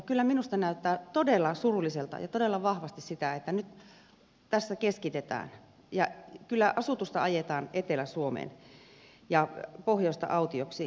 kyllä minusta näyttää todella surulliselta ja todella vahvasti siltä että nyt tässä keskitetään ja kyllä asutusta ajetaan etelä suomeen ja pohjoista autioksi